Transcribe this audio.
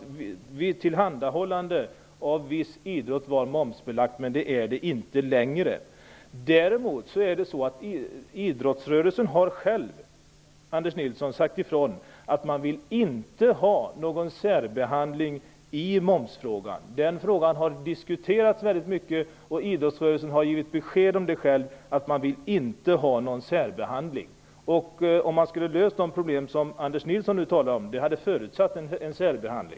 Tillhandahållande av vissa lokaler var momsbelagt, men det är det inte längre. Däremot har idrottsrörelsen själv sagt att den inte vill ha någon särbehandling i momsfrågan. Detta har diskuterats väldigt mycket. Om man skulle lösa de problem som Anders Nilsson nu talar om, hade det förutsatt en särbehandling.